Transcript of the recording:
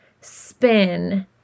spin